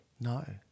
No